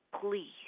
please